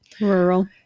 Rural